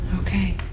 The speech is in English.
Okay